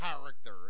character